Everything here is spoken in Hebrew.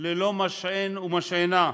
ללא משען ומשענה.